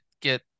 get